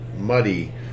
muddy